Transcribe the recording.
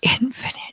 infinite